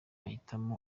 ahitamo